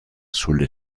sulle